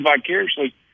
vicariously